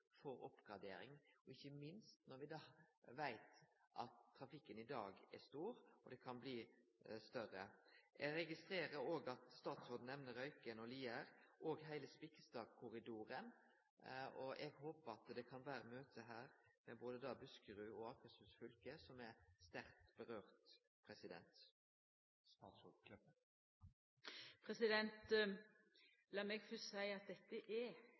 ikkje minst når me veit at trafikken i dag er stor, og at han kan bli større. Eg registrerer òg at statsråden nemner Røyken og Lier og heile Spikkestadkorridoren. Eg håpar det kan vere møte her både med Buskerud fylke og Akershus fylke, som dette vedkjem sterkt. Lat meg fyrst seia at leiaren i transportkomiteen reiser eit svært viktig spørsmål. Det er